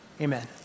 Amen